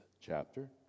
chapter